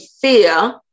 fear